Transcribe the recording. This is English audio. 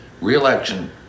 re-election